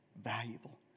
valuable